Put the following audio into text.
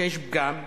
שיש פגם,